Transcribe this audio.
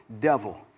devil